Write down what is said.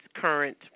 current